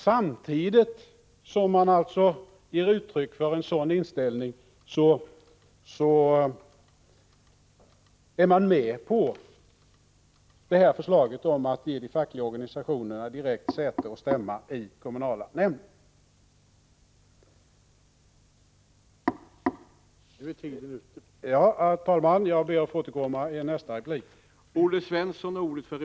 Samtidigt som man ger uttryck för en sådan inställning är man med på förslaget att ge de fackliga organisationerna direkt säte och stämma i kommunala nämnder.